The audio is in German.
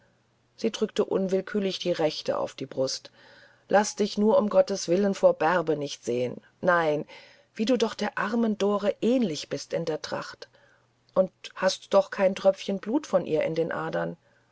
sie drückte unwillkürlich die rechte auf die brust lasse dich nur um gotteswillen vor bärbe nicht sehen nein wie du doch der armen dore ähnlich bist in der tracht und hast doch kein tröpfchen blut von ihr in den adern